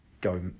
go